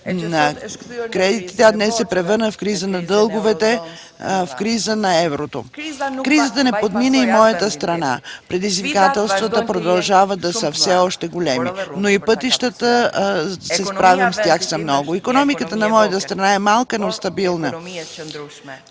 кредитите, а днес се е превърнала в криза на дълговете, в криза на еврото. Кризата не подмина и моята страна. Предизвикателствата продължават да са все още големи, но и пътищата, за да се справим с тях, са много. Икономиката на моята страна е малка, но стабилна.